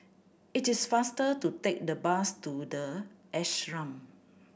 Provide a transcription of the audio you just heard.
it is faster to take the bus to The Ashram